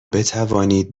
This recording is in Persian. بتوانید